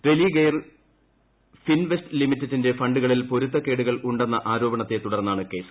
റെലിഗെയർ ഫിൻവെസ്റ്റ് ലിമിറ്റഡിന്റെ ഫണ്ടുകളിൽ പൊരുത്തക്കേടുകളുണ്ടെന്ന ആരോപണത്തെ തുടർന്നാണ് കേസ്